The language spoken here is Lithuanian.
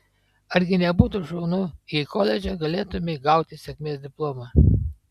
argi nebūtų šaunu jei koledže galėtumei gauti sėkmės diplomą